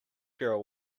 girl